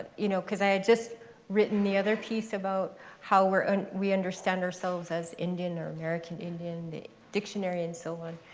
you know because i had just written the other piece about how we understand ourselves as indian or american indian, the dictionary, and so on.